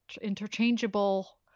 interchangeable